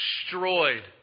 destroyed